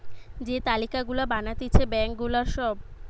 যে তালিকা গুলা বানাতিছে ব্যাঙ্ক গুলার সব